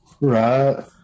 right